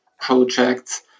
projects